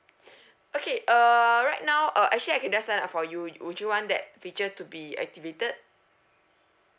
okay uh right now uh actually I can just set up for you you would you want that feature to be activated